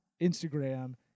Instagram